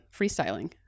freestyling